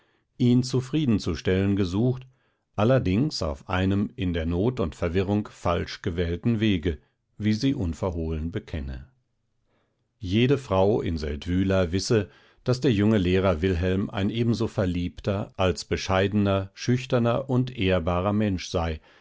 ihn zufriedenzustellen gesucht allerdings auf einem in der not und verwirrung falsch gewählten wege wie sie unverhohlen bekenne jede frau in seldwyla wisse daß der junge lehrer wilhelm ein ebenso verliebter als bescheidener schüchterner und ehrbarer mensch sei